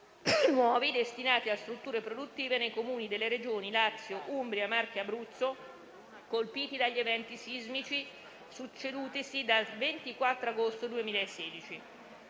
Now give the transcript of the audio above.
nuovi destinati a strutture produttive nei Comuni delle Regioni Lazio, Umbria, Marche e Abruzzo colpiti dagli eventi sismici succedutisi dal 24 agosto 2016.